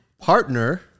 partner